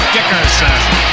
Dickerson